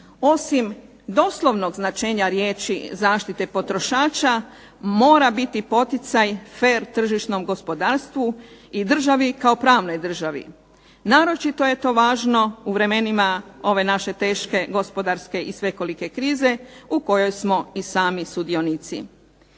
osim doslovnog značenja riječi zaštite potrošača mora biti poticaj fer tržišnom gospodarstvu i državi kao pravnoj državi. Naročito je to važno u vremenima ove naše teške gospodarske i svekolike krize u kojoj smo i sami sudionici.